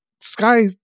sky